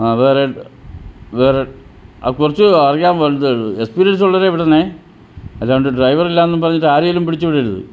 ആ വേറെ വേറെ കുറച്ച് അറിയാൻ വേണ്ടീട്ട് എക്സ്പീരിയൻസുള്ളവരെ വിടണം അല്ലാണ്ട് ഡ്രൈവറില്ലാന്നും പറഞ്ഞിട്ട് ആരേലും പിടിച്ച് വിടരുത്